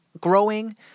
growing